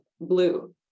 blue